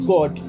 God